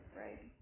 right